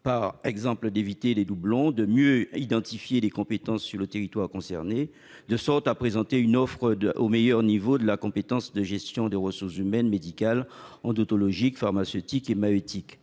par exemple d'éviter les doublons, de mieux identifier les compétences sur le territoire concerné, afin de présenter une offre du meilleur niveau en termes de gestion des ressources humaines médicales, odontologiques, pharmaceutiques et maïeutiques.